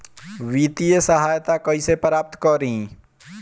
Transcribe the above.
वित्तीय सहायता कइसे प्राप्त करी?